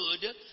good